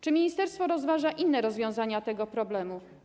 Czy ministerstwo rozważa inne rozwiązania tego problemu?